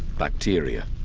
bacteria